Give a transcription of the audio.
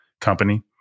company